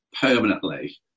permanently